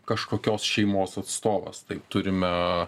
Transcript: kažkokios šeimos atstovas tai turime